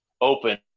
open